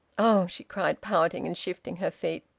oh! she cried, pouting, and shifting her feet.